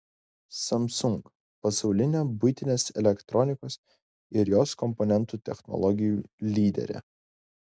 samsung pasaulinė buitinės elektronikos ir jos komponentų technologijų lyderė